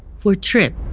for trip.